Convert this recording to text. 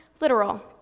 literal